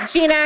Gina